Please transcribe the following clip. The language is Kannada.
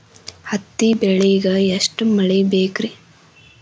ಹತ್ತಿ ಬೆಳಿಗ ಎಷ್ಟ ಮಳಿ ಬೇಕ್ ರಿ?